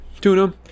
Tuna